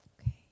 Okay